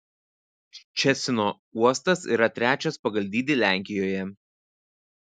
ščecino uostas yra trečias pagal dydį lenkijoje